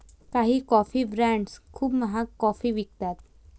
काही coffee brands खूप महाग कॉफी विकतात